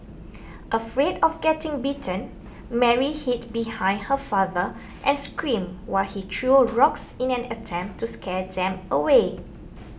afraid of getting bitten Mary hid behind her father and screamed while he threw rocks in an attempt to scare them away